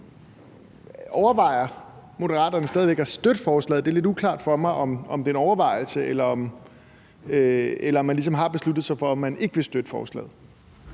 Overvejer Moderaterne stadig væk at støtte forslaget? Det er lidt uklart for mig, om det er en overvejelse, eller om man ligesom har besluttet sig for, at man ikke vil støtte forslaget.